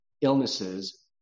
illnesses